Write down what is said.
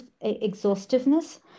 exhaustiveness